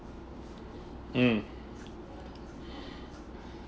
mm